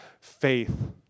faith